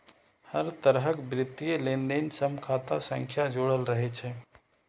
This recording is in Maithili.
हर तरहक वित्तीय लेनदेन सं खाता संख्या जुड़ल रहै छै